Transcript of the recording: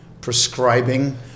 prescribing